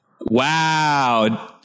Wow